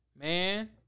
Man